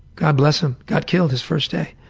god bless him, got killed his first day.